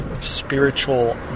Spiritual